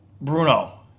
Bruno